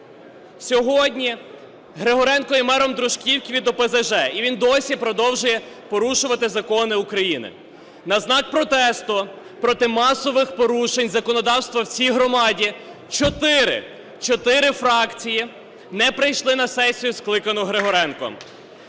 Сьогодні Григоренко є мером Дружківки від ОПЗЖ, і він досі продовжує порушувати закони України. На знак протесту проти масових порушень законодавства в цій громаді чотири фракції не прийшли на сесію, скликану Григоренком.